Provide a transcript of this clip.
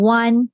one